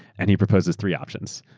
and he proposes three options,